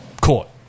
court